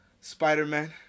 Spider-Man